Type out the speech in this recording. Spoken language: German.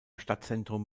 stadtzentrum